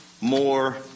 more